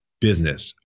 business